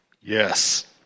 Yes